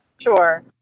Sure